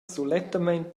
sulettamein